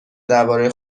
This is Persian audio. درباره